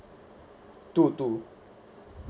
two two